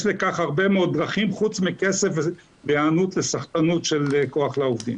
יש לכך הרבה מאוד דרכים חוץ מכסף והיענות לסחטנות של כח לעובדים.